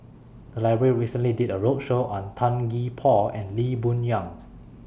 The Library recently did A roadshow on Tan Gee Paw and Lee Boon Yang